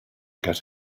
get